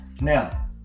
Now